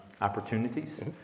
opportunities